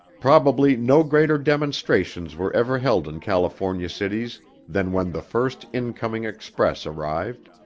probably no greater demonstrations were ever held in california cities than when the first incoming express arrived.